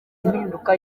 impinduka